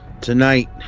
tonight